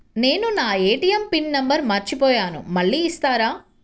నేను నా ATM pin number మర్చిపోయాను మళ్ళీ ఇస్తారా?